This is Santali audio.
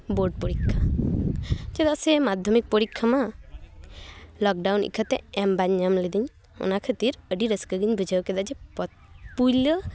ᱵᱳᱨᱰ ᱯᱚᱨᱤᱠᱷᱟ ᱪᱮᱫᱟᱜ ᱥᱮ ᱢᱟᱫᱽᱫᱷᱚᱢᱤᱠ ᱯᱚᱨᱤᱠᱷᱟ ᱢᱟ ᱞᱚᱠᱰᱟᱭᱩᱱ ᱤᱠᱷᱟᱹᱛᱮ ᱮᱢ ᱵᱟᱹᱧ ᱧᱟᱢ ᱞᱮᱫᱟᱹᱧ ᱚᱱᱟ ᱠᱷᱟᱹᱛᱤᱨ ᱟᱹᱰᱤ ᱨᱟᱹᱥᱠᱟᱹ ᱜᱮᱧ ᱵᱩᱡᱷᱟᱹᱣ ᱠᱮᱫᱟ ᱡᱮ ᱯᱩᱭᱞᱟᱹ